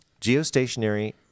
Geostationary